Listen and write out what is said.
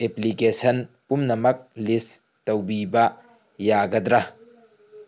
application ꯄꯨꯝꯅꯃꯛ ꯂꯤꯁ ꯇꯧꯕꯤꯕ ꯌꯥꯒꯗ꯭ꯔꯥ